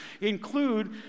include